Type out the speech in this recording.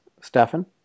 Stefan